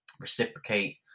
reciprocate